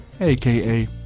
aka